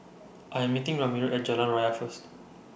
I Am meeting Ramiro At Jalan Raya First